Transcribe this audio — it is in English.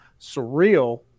surreal